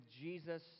Jesus